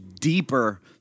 deeper